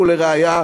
ולראיה,